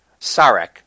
Sarek